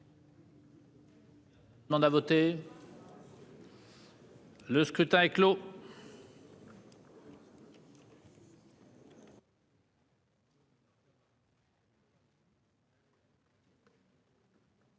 Le scrutin est clos.